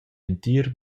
entir